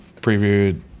previewed